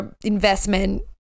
investment